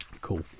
cool